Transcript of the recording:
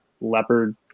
leopard